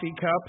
cup